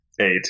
Eight